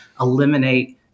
eliminate